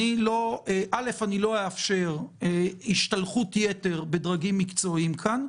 לא אאפשר השתלחות-יתר בדרגים מקצועיים כאן.